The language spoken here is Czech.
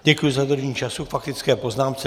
Děkuji za dodržení času k faktické poznámce.